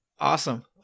Awesome